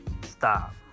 Stop